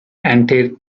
ante